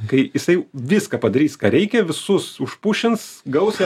kai jisai jau viską padarys ką reikia visus užpušins gaus